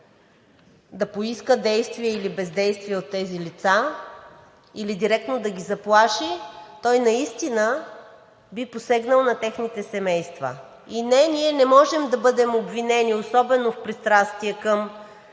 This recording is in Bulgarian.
да поиска действие или бездействие от тези лица или директно да ги заплаши, той наистина би посегнал на техните семейства. Не, ние не можем да бъдем обвинени, особено в пристрастие към